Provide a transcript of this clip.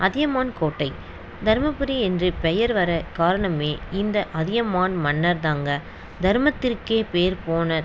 அதியமான் கோட்டை தருமபுரி என்று பெயர் வர காரணமே இந்த அதியமான் மன்னர் தாங்க தர்மத்திற்கே பெயர் போன